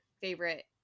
favorite